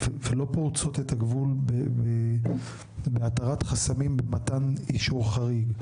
ולא פורצות את הגבול בהתרת חסמים במתן אישור חריג.